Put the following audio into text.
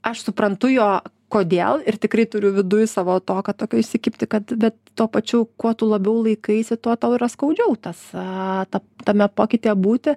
aš suprantu jo kodėl ir tikrai turiu viduj savo to ką tokio įsikibti kad bet tuo pačiu kuo tu labiau laikaisi tuo tau yra skaudžiau tas a ta tame pokytyje būti